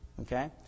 okay